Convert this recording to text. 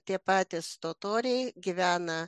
tie patys totoriai gyvena